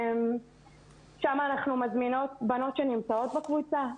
שם אנחנו מזמינות בנות שנמצאות בקבוצה.